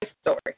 story